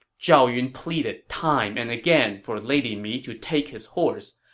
zhao yun pleaded time and again for lady mi to take his horse,